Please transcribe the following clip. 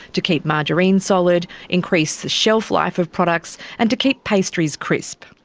to keep margarine solid, increase the shelflife of products, and to keep pastries crisp.